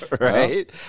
Right